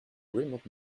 remote